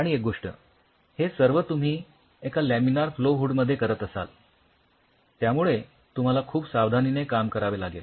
आणि एक गोष्ट हे सर्व तुम्ही एका लॅमिनार फ्लो हूड मध्ये करत असाल त्यामुळे तुम्हाला खूप सावधानीने काम करावे लागेल